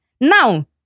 Now